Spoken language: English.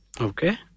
Okay